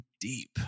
deep